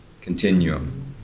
continuum